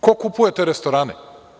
Ko kupuje te restorane?